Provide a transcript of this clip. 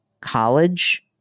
college